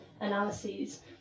analyses